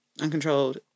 Uncontrolled